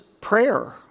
prayer